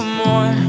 more